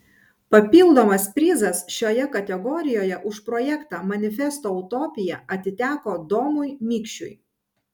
papildomas prizas šioje kategorijoje už projektą manifesto utopija atiteko domui mikšiui